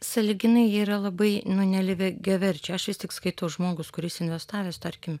sąlyginai jie yra labai nu nelyvia giaverčiai aš vis tik skaitau žmogus kuris investavęs tarkim